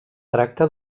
tracta